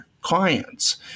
clients